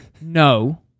no